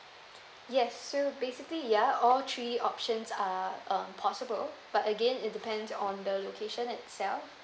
yes so basically ya all three options are uh possible but again it depends on the location itself